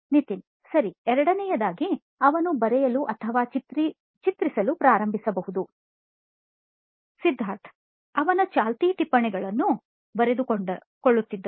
ನಿತಿನ್ ಸರಿ ಎರಡನೆಯದಾಗಿ ಅವನು ಬರೆಯಲು ಅಥವಾ ಚಿತ್ರಿಸಲು ಪ್ರಾರಂಭಿಸಬಹುದು ಸಿದ್ಧಾರ್ಥ್ ಅವನ ಚಾಲ್ತಿ ಟಿಪ್ಪಣಿಗಳನ್ನು ಬರೆದುಕೊಳ್ಳುತ್ತಿದ್ದನು